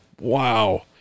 wow